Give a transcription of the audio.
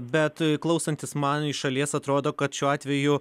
bet klausantis man iš šalies atrodo kad šiuo atveju